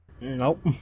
Nope